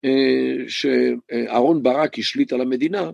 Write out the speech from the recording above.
שאהרון ברק ישליט על המדינה.